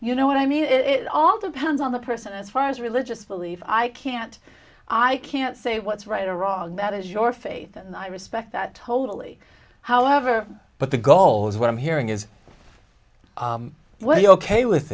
you know what i mean it all depends on the person as far as religious belief i can't i can't say what's right or wrong that is your faith and i respect that totally however but the goal is what i'm hearing is what are you ok with